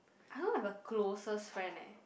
I don't have a closest friend eh